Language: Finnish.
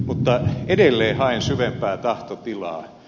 mutta edelleen haen syvempää tahtotilaa